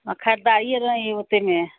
हँ खरदारिये नहि हइ ओत्तेमे